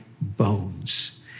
bones